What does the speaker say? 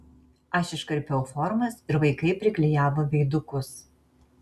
aš iškarpiau formas ir vaikai priklijavo veidukus